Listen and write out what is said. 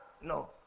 no